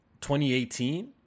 2018